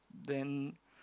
then